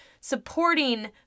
supporting